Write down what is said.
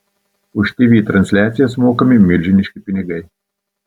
už tv transliacijas mokami milžiniški pinigai